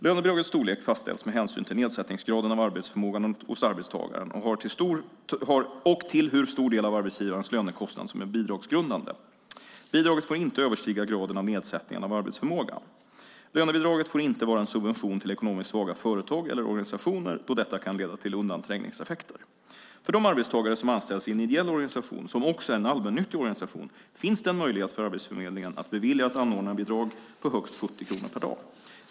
Lönebidragets storlek fastställs med hänsyn till nedsättningsgraden av arbetsförmågan hos arbetstagaren och till hur stor del av arbetsgivarens lönekostnad som är bidragsgrundande. Bidraget får inte överstiga graden av nedsättningen av arbetsförmågan. Lönebidraget får inte vara en subvention till ekonomiskt svaga företag eller organisationer, då detta kan leda till undanträngningseffekter. För de arbetstagare som anställs i en ideell organisation som också är en allmännyttig organisation finns det möjlighet för Arbetsförmedlingen att bevilja ett anordnarbidrag på högst 70 kronor per dag.